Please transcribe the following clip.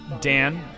Dan